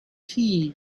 tea